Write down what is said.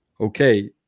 okay